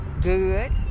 good